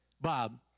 Bob